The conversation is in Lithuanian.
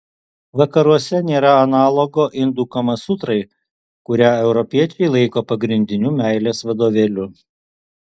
vakaruose nėra analogo indų kamasutrai kurią europiečiai laiko pagrindiniu meilės vadovėliu